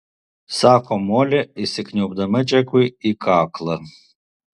sako molė įsikniaubdama džekui į kaklą